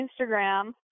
Instagram